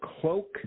cloak